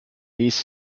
his